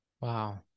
Wow